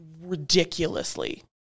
ridiculously